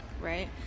right